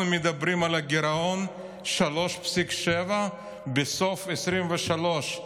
אנחנו מדברים על גירעון 3.7% בסוף 2023,